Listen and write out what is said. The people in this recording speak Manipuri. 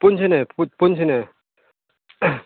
ꯄꯨꯟꯁꯤꯅꯦ ꯄꯨꯟꯁꯤꯅꯦ